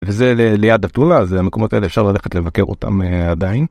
וזה ליד אתונה אז המקומות האלה אפשר ללכת לבקר אותם עדיין.